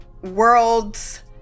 world's